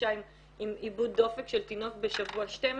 אישה עם איבוד דופק של תינוק בשבוע 12,